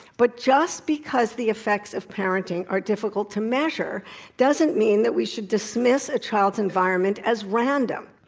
but just because the effects of parenting are difficult to measure doesn't mean that we should dismiss a child's environment as random,